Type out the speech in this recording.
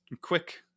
quick